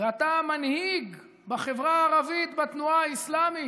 ואתה מנהיג בחברה הערבית, בתנועה האסלאמית,